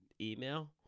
email